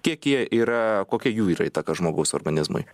kiek jie yra kokia jų yra įtaka žmogaus organizmui